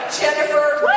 Jennifer